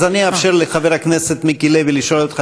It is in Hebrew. אז אאפשר לחבר הכנסת מיקי לוי לשאול אותך